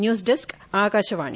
news desk Akashvani